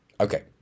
Okay